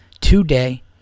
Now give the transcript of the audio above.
today